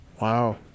Wow